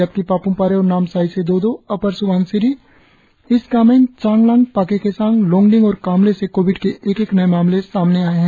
जबकि पाप्मपारे और नामसाई से दो दो अपर सुबनसिरी ईस्ट कामेंग़ चांगलांग पाक्वे केसांग लोंगडिंग और कामले से कोविड के एक एक नए मामले सामने आए है